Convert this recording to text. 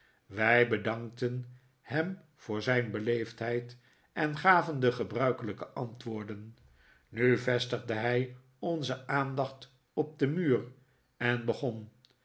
wij bedankten hem voor zijn beleefdheid en gaven de gebruikelijke antwoorden nu vestigde hij onze aandacht op den muur en begon